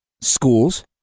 schools